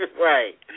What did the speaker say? Right